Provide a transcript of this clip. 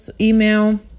email